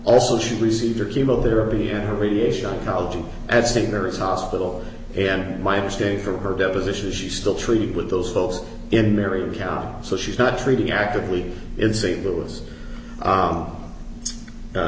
also she received her chemotherapy and radiation oncology at st mary's hospital and my understanding from her deposition she still treated with those folks in marion county so she's not treating actively in st louis